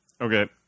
Okay